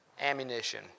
ammunition